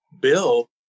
Bill